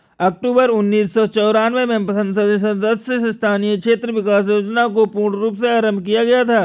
अक्टूबर उन्नीस सौ चौरानवे में संसद सदस्य स्थानीय क्षेत्र विकास योजना को पूर्ण रूप से आरम्भ किया गया था